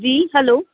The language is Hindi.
जी हलो